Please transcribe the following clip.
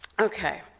Okay